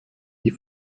die